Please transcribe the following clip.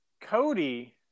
Cody